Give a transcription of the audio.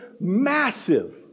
massive